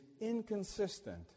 inconsistent